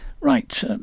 Right